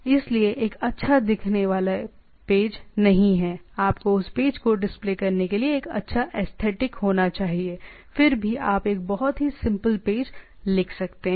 इसलिए एक अच्छा दिखने वाला पेज नहीं है आपको उस पेज को डिस्प्ले करने के लिए एक अच्छा एसथेटिक होना चाहिए फिर भी आप एक बहुत ही सिंपल पेज लिख सकते हैं